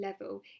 level